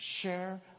share